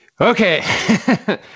Okay